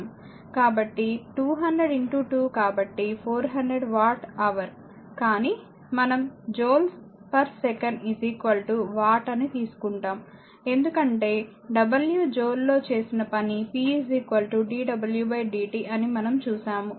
కాబట్టి 200 2 కాబట్టి 400 watt hour కానీ మనం జూల్సెకను వాట్ అని తీసుకుంటాం ఎందుకంటే w జూల్లో చేసిన పని p dw dt అని మనం చూశాము